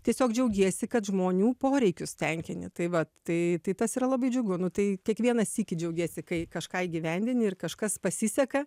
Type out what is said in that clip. tiesiog džiaugiesi kad žmonių poreikius tenkini tai vat tai tai tas yra labai džiugu nu tai kiekvieną sykį džiaugiesi kai kažką įgyvendini ir kažkas pasiseka